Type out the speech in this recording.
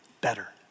better